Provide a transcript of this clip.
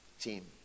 Team